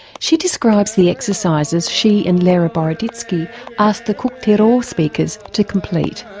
she describes the exercises she and lera boroditsky asked the kuuk thaayorre speakers to complete.